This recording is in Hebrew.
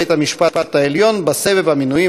שופטות לפחות לבית-המשפט העליון בסבב המינויים